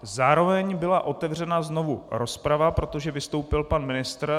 Zároveň byla otevřena znovu rozprava, protože vystoupil pan ministr.